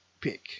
pick